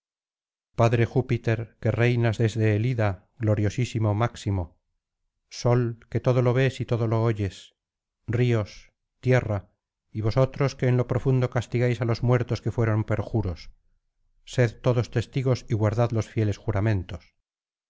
padre júpiter que reinas desde el ida gloriosísimo máximo sol que todo lo ves y todo lo oyes ríos tierra y vosotros que en lo profundo castigáis á los muertos que fueron perjuros sed todos testigos y guardad los fieles juramentos